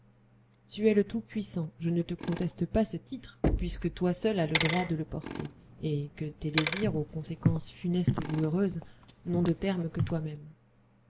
tu es le tout-puissant je ne te conteste pas ce titre puisque toi seul as le droit de le porter et que tes désirs aux conséquences funestes ou heureuses n'ont de terme que toi-même